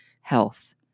health